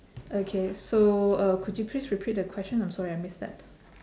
okay so uh could you please repeat the question I'm sorry I missed that